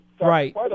Right